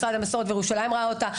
משרד ירושלים ומסורת ראה אותה.